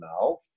now